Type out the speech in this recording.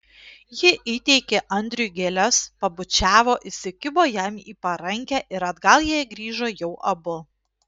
ji įteikė andriui gėles pabučiavo įsikibo jam į parankę ir atgal jie grįžo jau abu